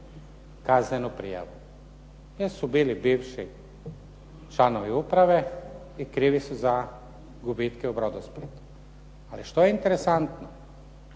kaznenu prijavu, jer su bili bivši članovi uprave i krivi su za gubitke u "Brodosplitu". Ali što je interesantno?